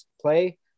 play